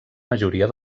majoria